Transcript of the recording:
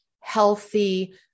healthy